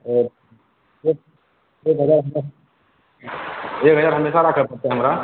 एक हज़ार हमेशा राखऽ परतै हमरा